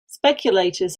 speculators